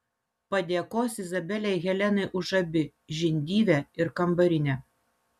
padėkos izabelei helenai už abi žindyvę ir kambarinę